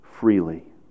freely